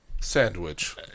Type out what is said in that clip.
Sandwich